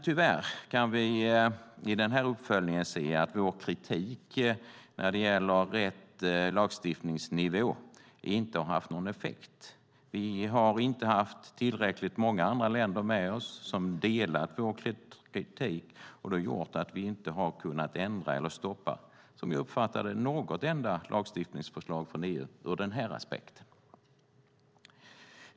Tyvärr kan vi i uppföljningen se att vår kritik när det gäller rätt lagstiftningsnivå inte har haft någon effekt. Vi har inte haft tillräckligt många andra länder med oss som delat vår kritik. Det har gjort att vi inte har kunnat ändra eller stoppa, som jag uppfattar det, något enda lagstiftningsförslag från EU ur den aspekten.